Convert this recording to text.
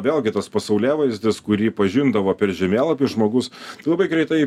vėlgi tas pasaulėvaizdis kurį pažindavo per žemėlapį žmogus labai greitai